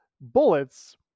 bullets